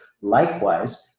likewise